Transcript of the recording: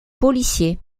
policier